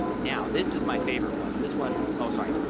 now this is my favorite one and this one. oh sorry.